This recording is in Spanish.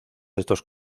estos